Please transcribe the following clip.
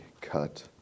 cut